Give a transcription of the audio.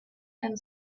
and